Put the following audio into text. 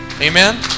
Amen